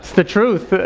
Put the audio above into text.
the truth.